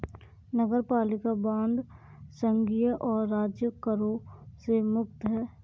नगरपालिका बांड संघीय और राज्य करों से मुक्त हैं